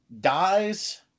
dies